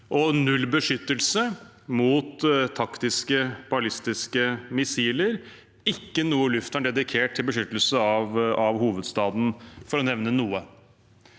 null beskyttelse mot taktiske ballistiske missiler og ikke noe luftvern dedikert til beskyttelse av hovedstaden, for å nevne noe.